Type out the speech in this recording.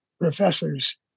professors